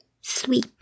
Sweep